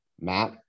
Matt